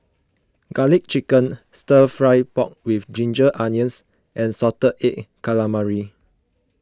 Garlic Chicken Stir Fry Pork with Ginger Onions and Salted Egg Calamari